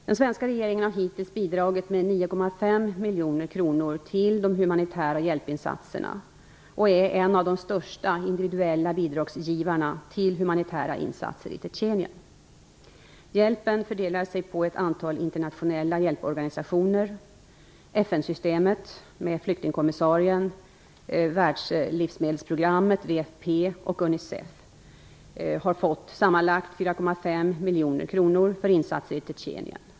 Den svenska regeringen har hittills bidragit med 9,5 miljoner kronor till de humanitära hjälpinsatserna och är en av de största individuella bidragsgivarna till humanitära insatser i Tjetjenien. Hjälpen fördelar sig på ett antal internationella hjälporganisationer. FN-systemet - flyktingkommissarien, världslivsmedelsprogrammet, WFP, och Unicef - har fått sammanlagt 4,5 miljoner kronor för insatser i Tjetjenien.